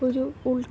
ഒരു ഉൾക്ക്